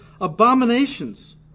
abominations